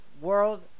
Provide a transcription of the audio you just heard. World